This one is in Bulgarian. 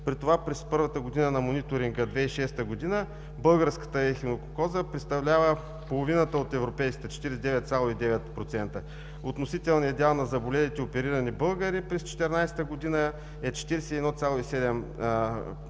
при това през първата година на мониторинга – 2006 г., българската ехинококоза представлява половината от европейската – 49,9%. Относителният дял на заболелите и оперирани българи през 2014 г. е 41,7%